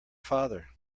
father